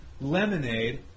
lemonade